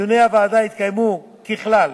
דיוני הוועדה יתקיימו, ככלל,